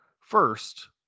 first